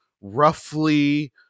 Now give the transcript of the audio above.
roughly